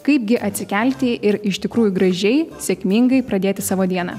kaipgi atsikelti ir iš tikrųjų gražiai sėkmingai pradėti savo dieną